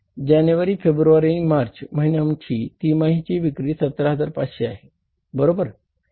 जानेवारी फेब्रुवारी आणि मार्च महिन्यांची तिमाही विक्री 17500 आहे बरोबर